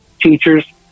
teachers